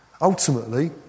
Ultimately